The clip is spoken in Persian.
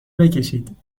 بکشید